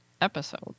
episode